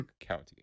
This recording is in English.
county